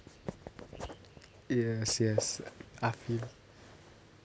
yes yes I feel